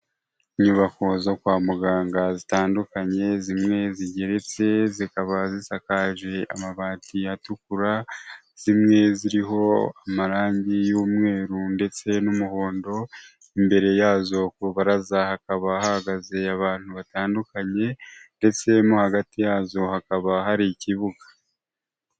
Inyubako zo kwa muganga zitandukanye zimwe zigeretse zikaba zisakaje amabati atukura, zimwe ziriho amarangi y'umweru ndetse n'umuhondo imbere yazo ku rubaraza hakaba hahagaze abantu batandukanye, ndetse hagati yazo hakaba hari ikibuga.